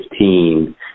2015